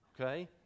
Okay